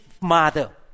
mother